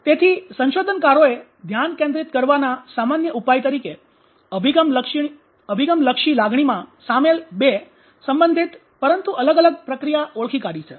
તેથી સંશોધનકારોએ ધ્યાન કેન્દ્રિત કરવાના સામાન્ય ઉપાય તરીકે અભિગમલક્ષી લાગણીમાં સામેલ બે સંબંધિત પરંતુ અલગ અલગ પ્રક્રિયાની ઓળખી કાઢી છે